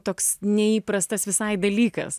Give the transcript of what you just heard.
toks neįprastas visai dalykas